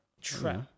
Trap